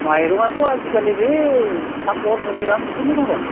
माइरङाथ' आजिखालि बे साफर मानिराम बेफोरनो दं र'